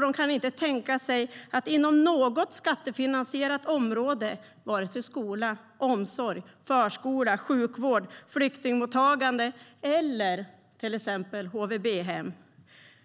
De kan inte tänka sig att man inom något skattefinansierat område - vare sig skola, omsorg, förskola, sjukvård, flyktingmottagande eller till exempel HVB-hem